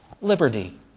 liberty